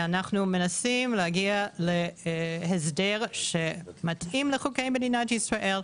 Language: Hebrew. ואנחנו מנסים להגיע להסדר שמתאים לחוקי מדינת ישראל,